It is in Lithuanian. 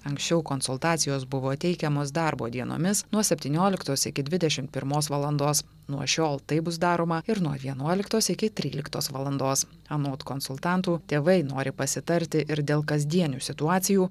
anksčiau konsultacijos buvo teikiamos darbo dienomis nuo septynioliktos iki dvidešimt pirmos valandos nuo šiol tai bus daroma ir nuo vienuoliktos iki tryliktos valandos anot konsultantų tėvai nori pasitarti ir dėl kasdienių situacijų